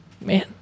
man